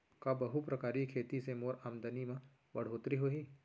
का बहुप्रकारिय खेती से मोर आमदनी म बढ़होत्तरी होही?